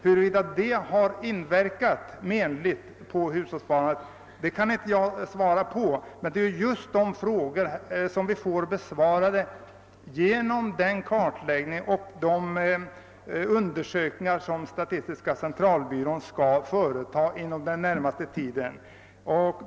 Huruvida det inverkat menligt på hushållssparandet kan jag inte säga, men det är just sådana frågor vi får besvarade genom den kartläggning och de undersökningar som statistiska centralbyrån skall företa inom den närmaste tiden.